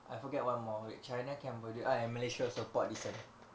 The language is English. I forget one more wait china cambodia ah and malaysia also port dickson